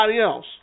else